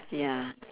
ya